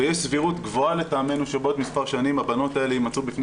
ויש סבירות גבוהה לטעמנו שבעוד מספר שנים הבנות האלה יימצאו בפני